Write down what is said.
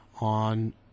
on